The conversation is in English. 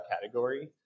category